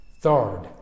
Third